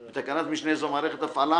בתקנת משנה זו, "מערכות הפעלה"